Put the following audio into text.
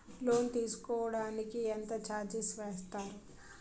Loan తీసుకోడానికి ఎంత charges వేస్తారు?